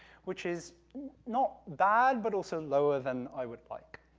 which is not bad, but also lower than i would like.